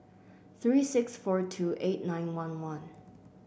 three six four two eight nine one one